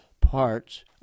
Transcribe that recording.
parts